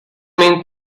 mean